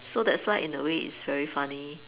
so that's why in a way it's very funny